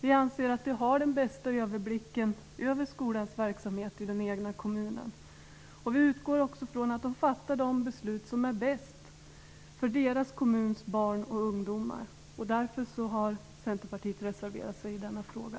Vi anser att de har den bästa överblicken över skolans verksamhet i den egna kommunen. Och vi utgår också ifrån att de fattar de beslut som är bäst för deras kommuns barn och ungdomar. Därför har Centerpartiet reserverat sig i denna fråga.